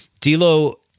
D'Lo-